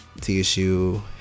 TSU